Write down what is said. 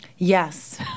Yes